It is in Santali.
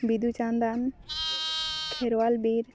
ᱵᱤᱫᱩ ᱪᱟᱸᱫᱟᱱ ᱠᱷᱮᱨᱣᱟᱞ ᱵᱤᱨ